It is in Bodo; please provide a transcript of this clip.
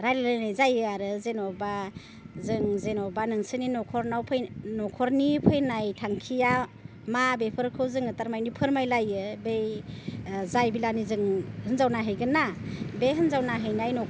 रायलायलायनाय जायो आरो जेनेबा जों जेनेबा नोंसोरनि न'खरनाव न'खरनि फैनाय थांखिया मा बेफोरखौ जोङो थारमानि फोरमायलायो बै जाय बिलानि जोङो हिन्जाव नायहैगोनना बे हिन्जाव नायहैनाय न'खराव